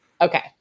Okay